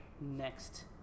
next